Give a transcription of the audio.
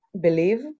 believe